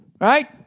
Right